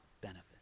benefit